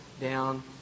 down